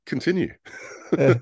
continue